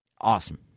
awesome